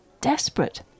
desperate